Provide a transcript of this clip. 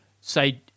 Say